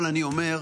אבל אני אומר,